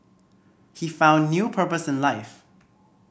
he found new purpose in life